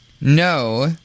No